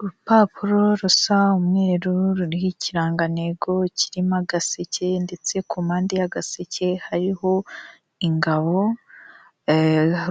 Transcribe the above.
Urupapuro rusa umweru ruriho ikirangantego kirimo agaseke ndetse kumpande y'agaseke hariho ingabo,